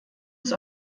ist